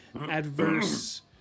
adverse